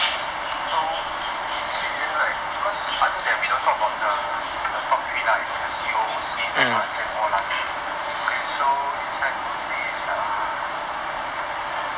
mm so in civilian right because other than we don't talk about the the top three lah you know the C_O_C the R_S_M all lah okay so inside mostly is ah